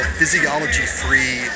physiology-free